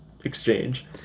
exchange